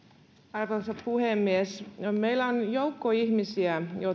arvoisa puhemies meillä on joukko ihmisiä